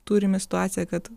turime situaciją kad